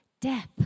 death